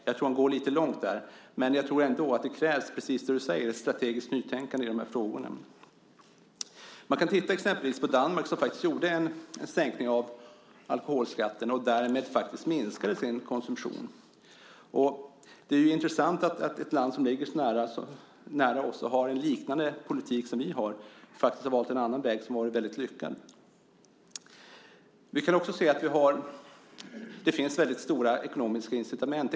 Jag tror att han går lite långt där, men jag tror ändå att det precis som statsrådet säger krävs ett strategiskt nytänkande i dessa frågor. Man kan exempelvis titta på Danmark, som gjorde en sänkning av alkoholskatten och därmed faktiskt minskade sin konsumtion. Det är intressant att ett land som ligger så nära oss och som har en politik liknande vår faktiskt har valt en annan väg som har varit väldigt lyckad. Vi kan också se att det finns väldigt stora ekonomiska incitament.